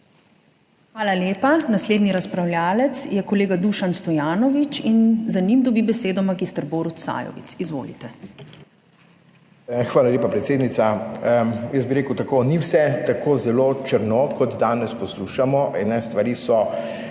Hvala lepa. Naslednji razpravljavec je kolega Dušan Stojanovič in za njim dobi besedo mag. Borut Sajovic. Izvolite. DUŠAN STOJANOVIČ (PS Svoboda): Hvala lepa, predsednica. Jaz bi rekel tako, ni vse tako zelo črno, kot danes poslušamo.